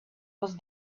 was